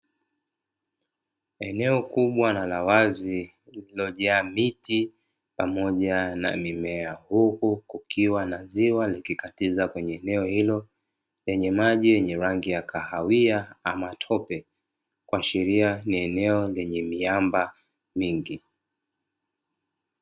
Eneo kubwa na la wazi lililojaa miti pamoja na mimea. Huku kukiwa na ziwa likikatiza kwenye eneo hilo lenye maji lenye maji yenye rangi ya kahawia ama tope kuashiria ni eneo lenye miamba mingi.